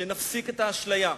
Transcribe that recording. ונפסיק את האשליה.